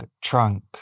trunk